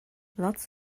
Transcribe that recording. lots